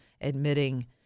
admitting